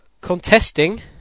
contesting